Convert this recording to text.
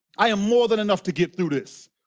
i am more than enough to get through this.